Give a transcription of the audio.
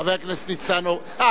חבר הכנסת הורוביץ.